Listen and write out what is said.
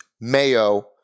mayo